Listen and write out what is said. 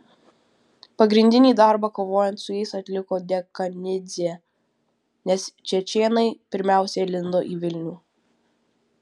pagrindinį darbą kovojant su jais atliko dekanidzė nes čečėnai pirmiausia lindo į vilnių